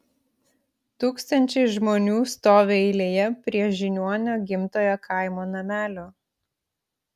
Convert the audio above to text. tūkstančiai žmonių stovi eilėje prie žiniuonio gimtojo kaimo namelio